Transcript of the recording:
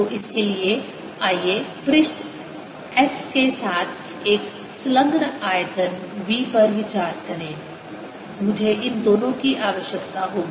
तो इसके लिए आइए पृष्ठ S के साथ एक संलग्न आयतन V पर विचार करें मुझे इन दोनों की आवश्यकता होगी